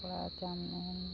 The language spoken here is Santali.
ᱵᱳᱨᱟ ᱪᱟᱣᱢᱤᱱ